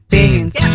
Beans